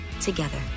together